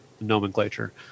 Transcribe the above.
nomenclature